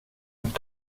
något